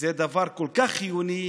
זה דבר כל כך חיוני,